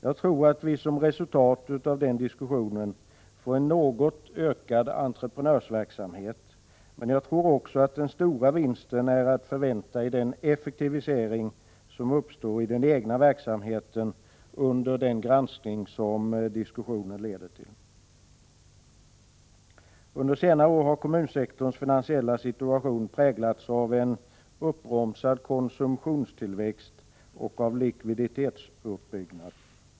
Jag tror att vi, som ett resultat av den diskussionen, får en något ökad entreprenörsverksamhet, men jag tror att den stora vinsten är att förvänta i den effektivisering som uppstår i den egna verksamheten under den granskning som diskussionen leder till. Under senare år har kommunsektorns finansiella situation präglats av en uppbromsad konsumtionstillväxt och av likviditetsuppbyggnad.